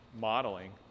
Modeling